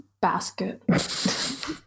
basket